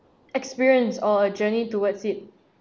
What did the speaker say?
experience or a journey towards it